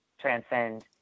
transcend